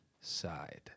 side